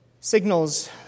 signals